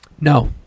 No